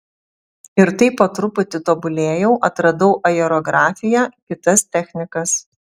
ir taip po truputį tobulėjau atradau aerografiją kitas technikas